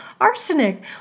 arsenic